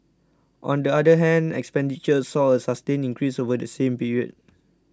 on the other hand expenditure saw a sustained increase over the same period